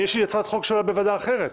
יש לי הצעת חוק שעולה בוועדה אחרת,